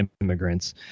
immigrants